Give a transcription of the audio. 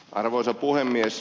arvoisa puhemies